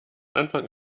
anfang